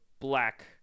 black